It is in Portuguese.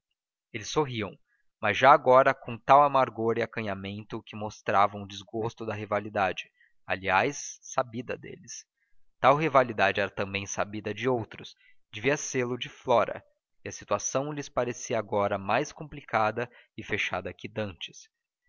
eles sorriam mas já agora com tal amargor e acanhamento que mostravam o desgosto da rivalidade aliás sabida deles tal rivalidade era também sabida de outros devia sê-lo de flora e a situação lhes parecia agora mais complicada e fechada que dantes